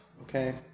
okay